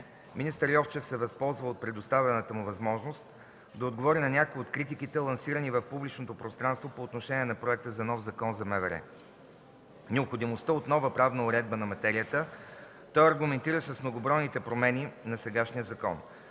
Министър Йовчев се възползва от предоставената му възможност да отговори на някои от критиките, лансирани в публичното пространство по отношение на проекта за нов Закон за МВР. Необходимостта от нова правна уредба на материята той аргументира с многобройните промени на сегашния закон.